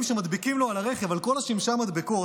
מדביקים לו מדבקות על כל השמשה של הרכב,